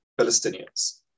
Palestinians